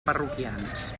parroquians